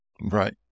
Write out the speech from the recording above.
Right